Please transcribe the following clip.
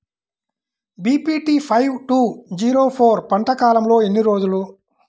BPT five two zero four పంట కాలంలో ఎన్ని రోజులు?